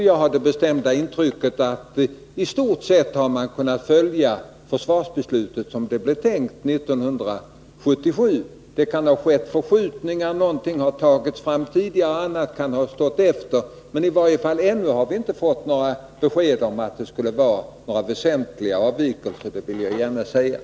Jag har det bestämda intrycket att man i stort sett har kunnat följa 1977 års försvarsbeslut som det var tänkt. Det kan ha skett förskjutningar, någonting kan ha tagits fram tidigare och annat kan ha fått stå tillbaka. Men ännu har vi i alla fallinte fått besked om att det skulle föreligga några väsentliga avvikelser — det vill jag gärna ha sagt.